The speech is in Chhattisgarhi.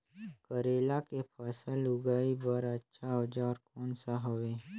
करेला के फसल उगाई बार अच्छा औजार कोन सा हवे?